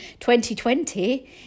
2020